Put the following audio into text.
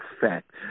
fact